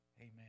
Amen